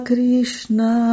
Krishna